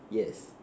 yes